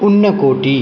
पुण्यकोटि